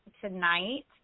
tonight